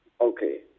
okay